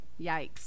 Yikes